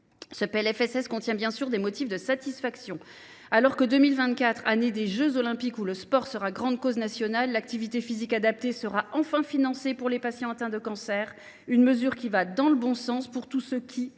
Ce PLFSS contient, bien sûr, des motifs de satisfaction. Alors que 2024 sera l’année des jeux Olympiques, durant laquelle le sport sera la grande cause nationale, l’activité physique adaptée sera enfin financée pour les patients atteints de cancer. Cette mesure va dans le bon sens pour tous ceux qui,